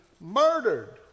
murdered